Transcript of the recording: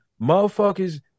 Motherfuckers